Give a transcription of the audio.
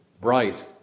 bright